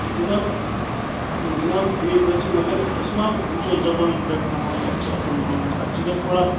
جِناب جِناب ٹھیٖک حظ چھُ مگر أسۍ ما وٕچھو زبانہِ پٮ۪ٹھ کانٛہہ وَنہِ اَسہِ چھِ اَصٕل ماچھ اَسہِ تہِ گژھِ تھوڑا